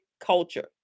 culture